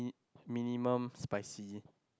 minimum spicy